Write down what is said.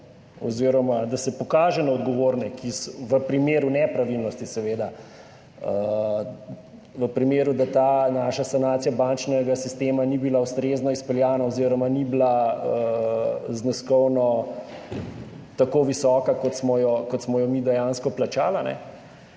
oziroma da se pokaže na odgovorne, seveda v primeru nepravilnosti, v primeru, da ta naša sanacija bančnega sistema ni bila ustrezno izpeljana oziroma ni bila zneskovno tako visoka, kot smo jo mi dejansko plačali.